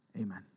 Amen